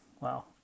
Wow